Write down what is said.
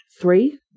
three